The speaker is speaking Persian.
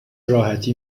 راحتی